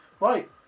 Right